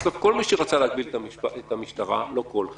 בסוף כל מי שרצה את המשטרה חלק